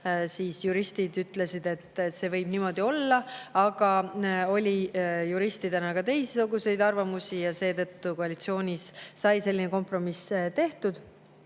juristid ütlesid, et see võib niimoodi olla, aga juristidel oli ka teistsuguseid arvamusi. Seetõttu sai koalitsioonis selline kompromiss tehtud.